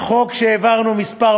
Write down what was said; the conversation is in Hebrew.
החוק שהעברנו, הוא מס'